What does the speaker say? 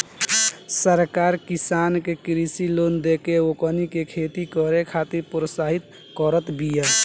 सरकार किसान के कृषि लोन देके ओकनी के खेती करे खातिर प्रोत्साहित करत बिया